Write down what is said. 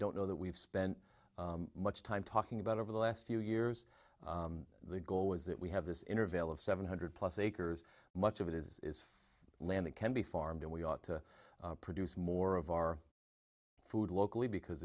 don't know that we've spent much time talking about over the last few years the goal was that we have this intervale of seven hundred plus acres much of it is land it can be far and we ought to produce more of our food locally because